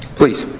please.